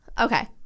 Okay